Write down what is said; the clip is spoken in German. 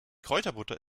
kräuterbutter